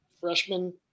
freshman